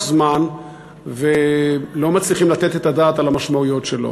מעט זמן ולא מצליחים לתת את הדעת על המשמעויות שלו.